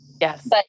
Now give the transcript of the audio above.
Yes